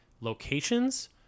locations